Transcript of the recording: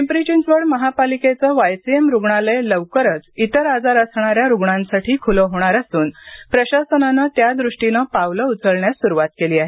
पिंपरी चिंचवड महापालिकेचं वायसीएम रुग्णालय लवकरच इतर आजार असणाऱ्या रुग्णांसाठी खुले होणार असून प्रशासनानं त्यादृष्टीने पावलं उचलण्यास सुरुवात केली आहे